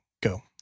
go